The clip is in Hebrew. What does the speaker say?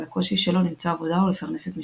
ועל הקושי שלו למצוא עבודה ולפרנס את משפחתו.